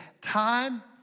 time